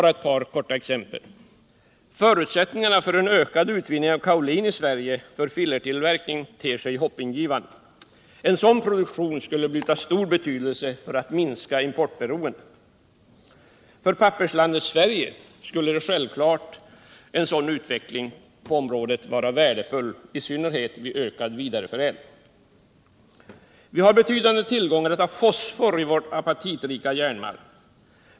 Bara ett par korta exempel: förutsättningarna för en ökad utvinning av kaolin i Sverige för fillertillverkning ter sig hoppingivande. En sådan produktion skulle bli av stor betydelse för att minska importberoendet. För papperslandet Sverige skulle en sådan utveck ling på detta område självfallet vara värdefull i synnerhet vid ökad vidareförädling. Vi har betydande tillgångar på fosfor i vår apatitrika malm.